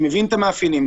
שמבין את המאפיינים,